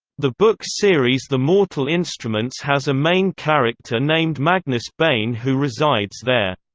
the book series the mortal instruments has a main character named magnus bane who resides there.